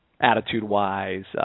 attitude-wise